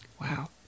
Wow